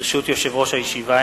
ברשות יושב-ראש הישיבה,